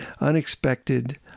unexpected